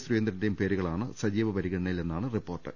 സുരേന്ദ്രന്റെയും പേരു കളാണ് സജീവ പരിഗണനയിൽ എന്നാണ് റിപ്പോർട്ട്